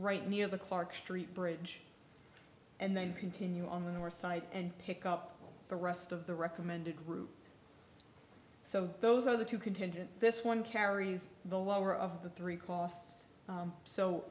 right near the clark street bridge and then continue on the north side and pick up the rest of the recommended group so those are the two contingent this one carries the lower of the three c